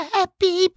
Happy